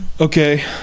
Okay